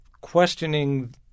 questioning